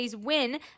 win